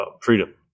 freedom